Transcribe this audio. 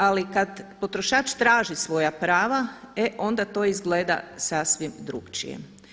Ali kada potrošač traži svoja prava e onda to izgleda sasvim drukčije.